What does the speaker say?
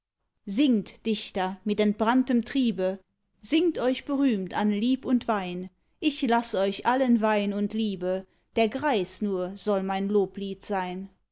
singt dichter mit entbranntem triebe singt euch berühmt an lieb und wein ich laß euch allen wein und liebe der greis nur soll mein loblied sein